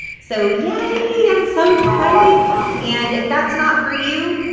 so yeah, i'm so excited and if that's not for you,